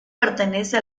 pertenece